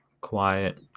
quiet